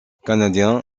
canadiens